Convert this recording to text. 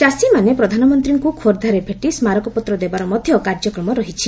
ଚାଷୀମାେନ ପ୍ରଧାନମନ୍ତୀଙ୍କୁ ଖୋର୍ଦ୍ଧାରେ ଭେଟି ସ୍କାରକପତ୍ର ଦେବାର ମଧ କାର୍ଯ୍ୟକ୍ରମ ରହିଛି